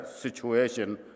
situation